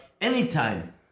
anytime